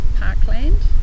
parkland